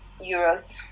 euros